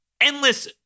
endless